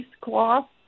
cloth